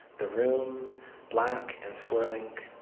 the room black and swirling,